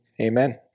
Amen